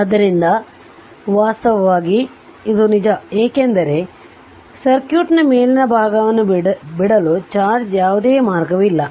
ಆದ್ದರಿಂದ ವಾಸ್ತವವಾಗಿ ಇದು ನಿಜ ಏಕೆಂದರೆ ಸರ್ಕ್ಯೂಟ್ನ ಮೇಲಿನ ಭಾಗವನ್ನು ಬಿಡಲು ಚಾರ್ಜ್ ಯಾವುದೇ ಮಾರ್ಗವಿಲ್ಲ